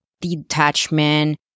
detachment